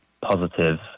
positive